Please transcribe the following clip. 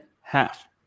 half